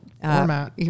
format